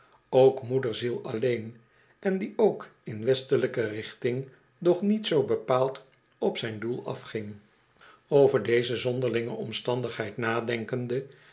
ook moederziel alleen en die ook in westelijke richting doch niet zoo bepaald op zijn doel afging over deze zonderlinge omstandigheid nadenkende